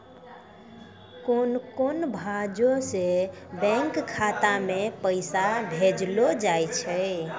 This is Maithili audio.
कोन कोन भांजो से बैंक खाता मे पैसा भेजलो जाय छै?